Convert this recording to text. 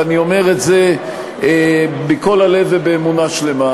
ואני אומר את זה מכל הלב ובאמונה שלמה.